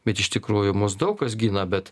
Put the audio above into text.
bet iš tikrųjų mus daug kas gina bet